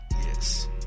Yes